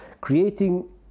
creating